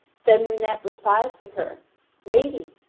then lunete replies to her lady,